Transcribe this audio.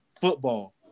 Football